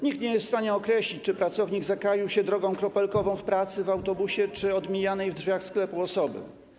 Nikt nie jest w stanie określić, czy pracownik zakaził się drogą kropelkową w pracy, w autobusie, czy od mijanej w drzwiach sklepu osoby.